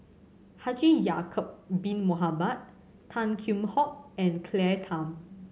Haji Ya'acob Bin Mohamed Tan Kheam Hock and Claire Tham